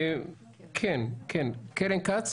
קרן כץ,